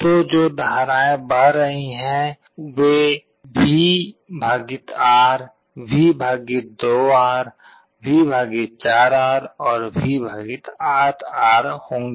तो जो धाराएँ बह रही हैं वे V R V 2R V 4R और V 8 R होंगी